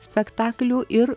spektaklių ir